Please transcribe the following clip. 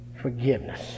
Forgiveness